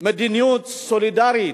במדיניות סולידרית,